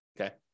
okay